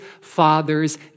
father's